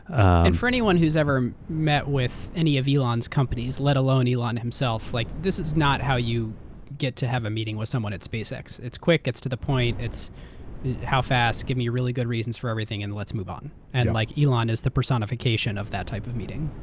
and for anyone who ever met with any of elon's companies, let alone elon himself, like this is not how you get to have a meeting with someone at spacex. it's quick. it's to the point. it's how fast, give me really good reasons for everything, and let's move on. and like elon is the personification of that type of meeting.